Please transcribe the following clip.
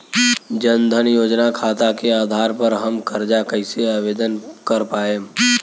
जन धन योजना खाता के आधार पर हम कर्जा कईसे आवेदन कर पाएम?